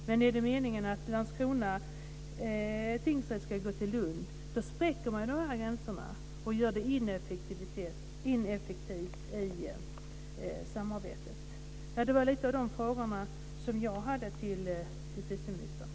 Är det meningen att Landskrona tingsrätt ska gå till Lund? Då spräcker man gränserna och gör samarbetet ineffektivt. Det var några av de frågor som jag hade till justitieministern.